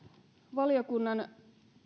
valiokunnan